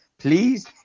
Please